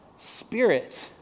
spirit